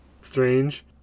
strange